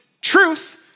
truth